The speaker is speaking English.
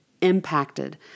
impacted